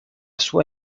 sua